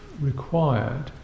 required